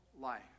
life